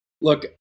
Look